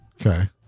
Okay